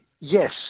Yes